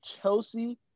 Chelsea